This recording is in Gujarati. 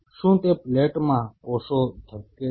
શું તે પ્લેટમાં કોષો ધબકે છે